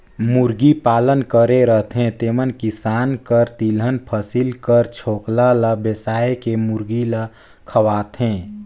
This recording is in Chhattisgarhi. मुरगी पालन करे रहथें तेमन किसान कर तिलहन फसिल कर छोकला ल बेसाए के मुरगी ल खवाथें